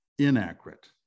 inaccurate